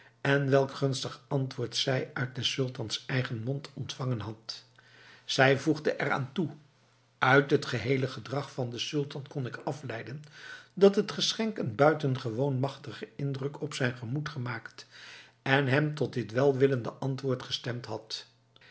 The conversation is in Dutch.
en welk gunstig antwoord zij uit des sultans eigen mond ontvangen had zij voegde er aan toe uit t heele gedrag van den sultan kon ik afleiden dat het geschenk een buitengewoon machtigen indruk op zijn gemoed gemaakt en hem tot dit welwillende antwoord gestemd had